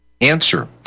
Answer